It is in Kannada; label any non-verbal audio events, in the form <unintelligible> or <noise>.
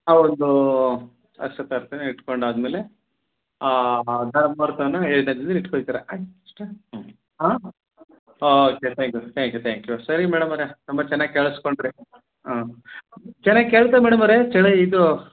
ಅವ್ರ್ದು ಅಕ್ಷತಾರ್ತೆನ ಇಟ್ಕೊಂಡು ಆದ ಮೇಲೆ <unintelligible> ಎರಡನೇ ದಿನ್ದಲ್ಲಿ ಇಟ್ಟುಕೊಳ್ತಾರೆ okay thank you thank you thank you ಸರಿ ಮೇಡಮ್ ಅವರೇ ತುಂಬ ಚೆನ್ನಾಗಿ ಕೇಳ್ಸಿಕೊಂಡ್ರಿ ಆಂ ಚೆನ್ನಾಗಿ ಕೇಳ್ತಾ ಮೇಡಮ್ ಅವರೇ ಚೆನ್ನಾಗಿ ಇದು